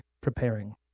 preparing